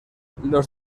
los